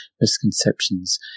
misconceptions